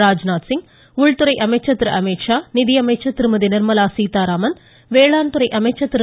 ராஜ்நாத்சிங் மத்திய உள்துறை அமைச்சர் திரு அமீத்ஷா நிதியமைச்சர் திருமதி நிர்மலா சீத்தாராமன் வேளாண் துறை அமைச்சர் திரு